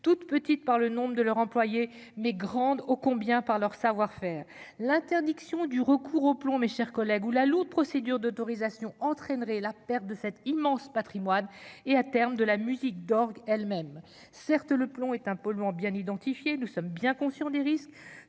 toute petite par le nombre de leur employé mais grande oh combien par leur savoir-faire, l'interdiction du recours au plomb, mes chers collègues, ou la lourde procédure d'autorisation entraînerait la perte de cet immense Patrimoine et à terme de la musique d'orgue elles-mêmes certes le plomb est un polluant bien identifié, nous sommes bien conscients des risques,